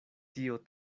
tio